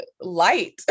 light